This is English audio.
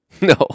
No